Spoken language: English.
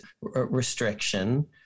restriction